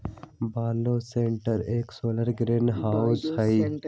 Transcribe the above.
bioshelter एक solar greenhouse हई